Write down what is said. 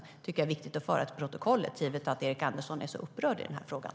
Det tycker jag är viktigt att få fört till protokollet, eftersom Erik Andersson är så upprörd i den här frågan.